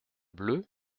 bleue